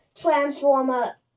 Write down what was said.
Transformer